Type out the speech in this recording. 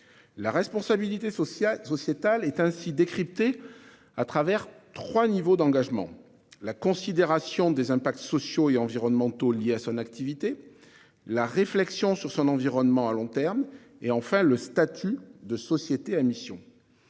La responsabilité sociale, sociétale est ainsi décryptée à travers 3 niveaux d'engagement la considération des impacts sociaux et environnementaux liés à son activité. La réflexion sur son environnement à long terme et enfin le statut de société à mission.